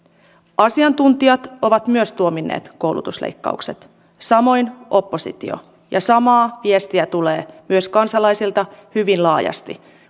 asiantuntijat ovat myös tuominneet koulutusleikkaukset samoin oppositio ja samaa viestiä tulee myös kansalaisilta hyvin laajasti